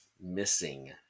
missing